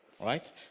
right